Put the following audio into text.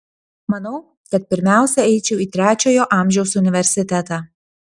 manau kad pirmiausia eičiau į trečiojo amžiaus universitetą